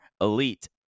elite